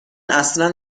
اصلا